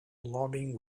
loving